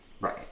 Right